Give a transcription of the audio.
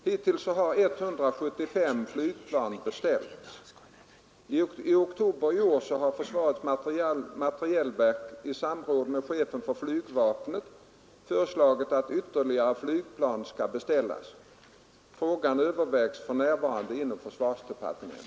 Hittills har 175 flygplan beställts. I oktober i år har försvarets materielverk i samråd med chefen för flygvapnet föreslagit att ytterligare flygplan skall beställas. Frågan övervägs för närvarande inom försvarsdepartementet.